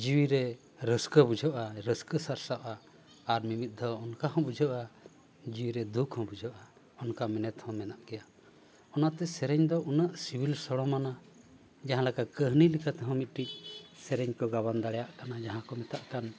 ᱡᱤᱣᱤᱨᱮ ᱨᱟᱹᱥᱠᱟᱹ ᱵᱩᱡᱷᱟᱹᱜᱼᱟ ᱨᱟᱹᱥᱠᱟᱹ ᱥᱟᱨᱥᱟᱜᱼᱟ ᱟᱨ ᱢᱤᱢᱤᱫ ᱫᱷᱟᱹᱣ ᱚᱱᱠᱟ ᱦᱚᱸ ᱵᱩᱡᱷᱟᱹᱜᱼᱟ ᱡᱤᱣᱤᱨᱮ ᱫᱩᱠᱷ ᱦᱚᱸ ᱵᱩᱡᱷᱟᱹᱜᱼᱟ ᱚᱱᱠᱟ ᱢᱮᱱᱮᱫ ᱦᱚᱸ ᱢᱮᱱᱟᱜ ᱜᱮᱭᱟ ᱚᱱᱟᱛᱮ ᱥᱮᱨᱮᱧ ᱫᱚ ᱩᱱᱟᱹᱜ ᱥᱤᱵᱤᱞ ᱥᱚᱲᱚᱢᱟᱱᱟ ᱡᱟᱦᱟᱸ ᱞᱮᱠᱟ ᱠᱟᱹᱦᱱᱤ ᱞᱮᱠᱟ ᱛᱮᱦᱚᱸ ᱢᱤᱫᱴᱤᱡ ᱥᱮᱨᱮᱧ ᱠᱚ ᱜᱟᱵᱟᱱ ᱫᱟᱲᱮᱭᱟᱜ ᱠᱟᱱᱟ ᱡᱟᱦᱟᱸ ᱠᱚ ᱢᱮᱛᱟᱜ ᱠᱟᱱ